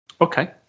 Okay